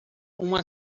uma